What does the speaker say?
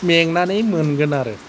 मेंनानै मोनगोन आरो